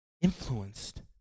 influenced